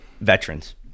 veterans